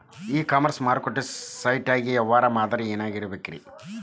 E commerce ಮಾರುಕಟ್ಟೆ site ಗಾಗಿ ವ್ಯವಹಾರ ಮಾದರಿ ಏನಾಗಿರಬೇಕ್ರಿ?